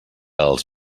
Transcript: els